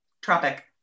Tropic